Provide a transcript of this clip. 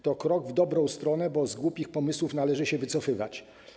To krok w dobrą stronę, bo z głupich pomysłów należy się wycofywać.